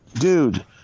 Dude